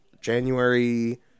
January